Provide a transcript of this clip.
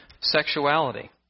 sexuality